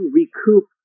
recoup